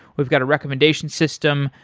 we've got a recommendation system,